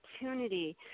opportunity